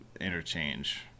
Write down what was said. interchange